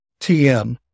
TM